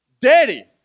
daddy